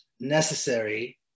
necessary